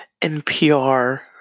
NPR